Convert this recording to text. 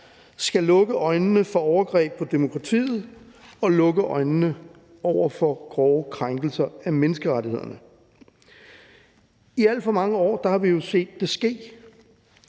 skal lukke øjnene for overgreb på demokratiet og lukke øjnene for grove krænkelser af menneskerettighederne. I alt for mange år har vi jo set det ske.